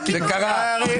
כחלופה בדיעבד?